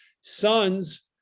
sons